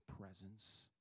presence